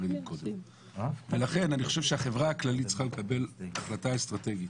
אני חושב שהחברה הכללית צריכה לקבל החלטה אסטרטגית.